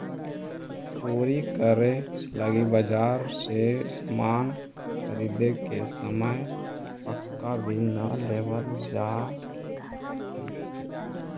चोरी करे लगी बाजार से सामान ख़रीदे के समय पक्का बिल न लेवल जाऽ हई